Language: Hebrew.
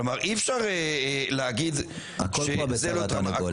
כלומר, אי-אפשר להגיד שזה לא טראומה.